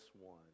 one